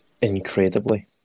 Incredibly